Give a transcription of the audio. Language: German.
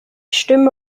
stimme